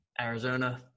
Arizona